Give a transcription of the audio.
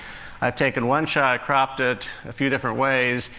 i've taken one shot i cropped it a few different ways.